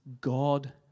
God